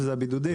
שזה הבידודים.